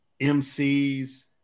MCs